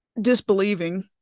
disbelieving